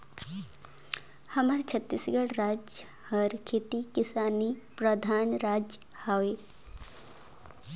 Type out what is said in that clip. हमर छत्तीसगढ़ राएज हर खेती किसानी परधान राएज हवे